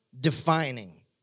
defining